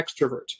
extrovert